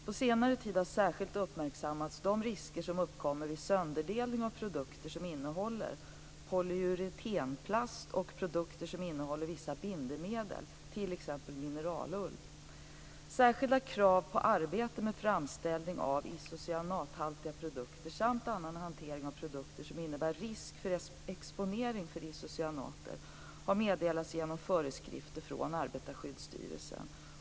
På senare tid har särskilt uppmärksammats de risker som uppkommer vid sönderdelning av produkter som innehåller polyuretanplast och produkter som innehåller vissa bindemedel, t.ex. Särskilda krav på arbete med framställning av isocyanathaltiga produkter samt annan hantering av produkter som innebär risk för exponering för isocyanater har meddelats genom föreskrifter från Arbetarskyddsstyrelsen.